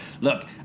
Look